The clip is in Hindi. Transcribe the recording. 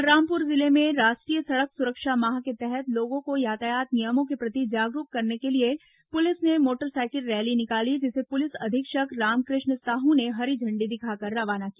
बलरामपुर जिले में राष्ट्रीय सड़क सुरक्षा माह के तहत लोगों को यातायात नियमों के प्रति जागरूक करने के लिए पुलिस ने मोटर साइकिल रैली निकाली जिसे पुलिस अधीक्षक रामकृष्ण साहू ने हरी झंडी दिखाकर रवाना किया